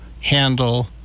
handle